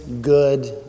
good